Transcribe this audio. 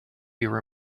your